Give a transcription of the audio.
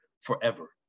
forever